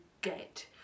get